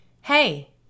Hey